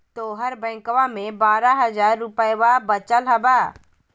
तोहर बैंकवा मे बारह हज़ार रूपयवा वचल हवब